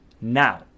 Now